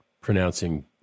pronouncing